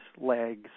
Legs